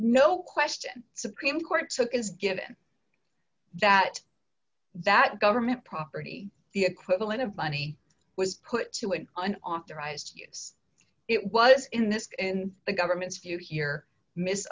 no question supreme court so is given that that government property the equivalent of money was put to him and authorized to use it was in this in the government's view here mis